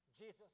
Jesus